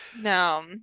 No